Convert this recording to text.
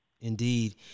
indeed